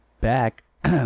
back